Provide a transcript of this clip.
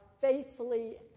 faithfully